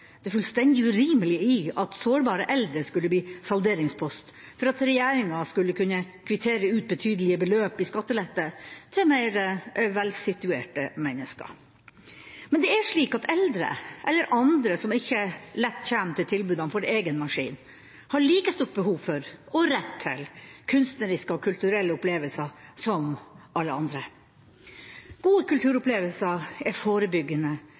det fullstendig urimelige i at sårbare eldre skulle bli salderingspost for at regjeringa skulle kunne kvittere ut betydelige beløp i skattelette til mer velsituerte mennesker. Men det er slik at eldre eller andre som ikke lett kommer til tilbudene for egen maskin, har like stort behov for og rett til kunstneriske og kulturelle opplevelser som alle andre. Gode kulturopplevelser er forebyggende